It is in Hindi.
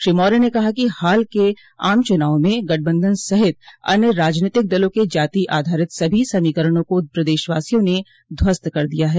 श्री मौर्य े ने कहा कि हाल के आम चूनाव में गठबन्धन सहित अन्य राजनीतिक दलो के जाति आधारित सभी समीकरणों को प्रदेशवासियों ने ध्वस्त कर दिया है